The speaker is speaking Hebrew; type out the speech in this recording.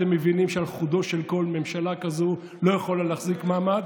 אתם מבינים שעל חודו של קול ממשלה כזו לא יכולה להחזיק מעמד,